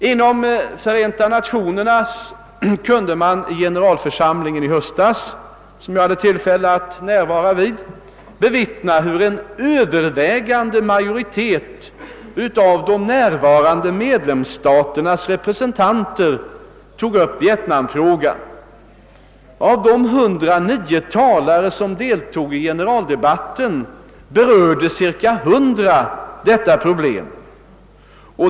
Inom FN kunde man vid generalförsamlingen i höstas — som jag hade till fälle att delta i — bevittna hur en övervägande majoritet av de närvarande medlemstaternas representanter tog upp vietnamfrågan. Av de 109 talarna, som yttrade sig i generaldebatten, berörde cirka 100 dessa problem.